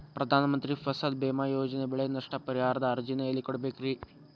ಪ್ರಧಾನ ಮಂತ್ರಿ ಫಸಲ್ ಭೇಮಾ ಯೋಜನೆ ಬೆಳೆ ನಷ್ಟ ಪರಿಹಾರದ ಅರ್ಜಿನ ಎಲ್ಲೆ ಕೊಡ್ಬೇಕ್ರಿ?